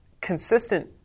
consistent